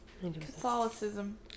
catholicism